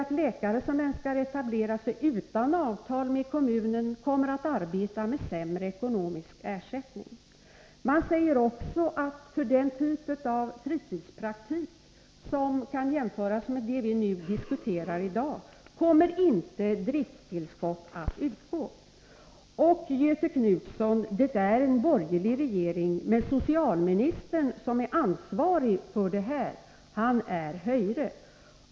De läkare som önskar etablera sig utan avtal med kommunen kommer att arbeta med sämre ekonomisk ersättning. Man säger också att driftstillskott inte kommer att utgå för den typ av verksamhet som vi diskuterar i dag. Jag vill säga till Göthe Knutson: Det är en borgerlig socialminister som är ansvarig för detta. Han tillhör Hgyre.